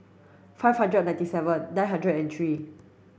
five hundred and ninety seven nine hundred and three